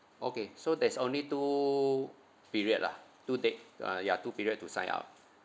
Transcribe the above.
okay so there's only two period lah two date uh yeah two period to sign up